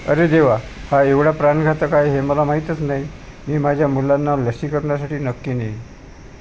अरे देवा हा एवढा प्राणघातक आहे हे मला माहीतच नाही मी माझ्या मुलांना लसीकरणासाठी नक्की नेईन